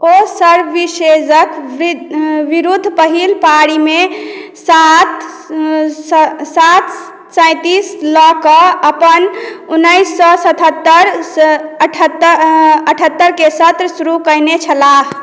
ओ सर्विसेजक विरूद्ध पहिल पारीमे सात सैंतीस लऽ कऽ अपन उन्नीस सए सतहत्तरि अठहत्तरि के सत्र शुरू कयने छलाह